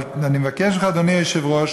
אבל אני מבקש ממך, אדוני היושב-ראש,